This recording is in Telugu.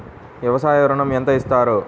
వ్యవసాయ ఋణం ఎంత ఇస్తారు?